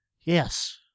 Yes